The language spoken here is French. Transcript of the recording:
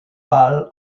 balle